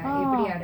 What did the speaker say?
ah